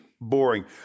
boring